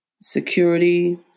security